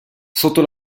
sotto